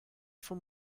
for